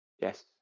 Yes